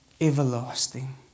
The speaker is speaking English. everlasting